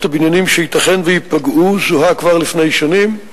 הבניינים שייתכן שייפגעו זוהה כבר לפני שנים,